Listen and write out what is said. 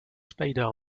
spider